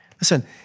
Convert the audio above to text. Listen